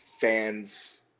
fans